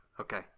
okay